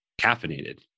caffeinated